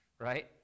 right